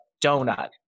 donut